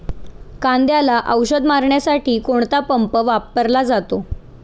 कांद्याला औषध मारण्यासाठी कोणता पंप वापरला जातो?